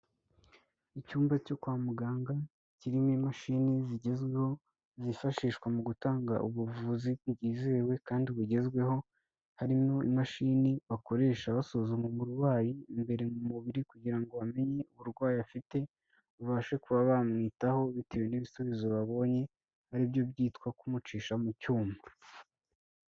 Icyumba cyo kwa muganga kirimo imashini zigezweho zifashishwa mu gutanga ubuvuzi bwizewe kandi bugezweho, harimo imashini bakoresha basuzuma umurwayi imbere mu mubiri kugira ngo bamenye uburwayi afite, babashe kuba bamwitaho bitewe n'ibisubizo babonye, ari byo byitwa kumucisha mu cyuma.